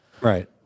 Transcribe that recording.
Right